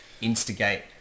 instigate